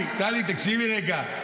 תקשיבי רגע.